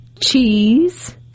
cheese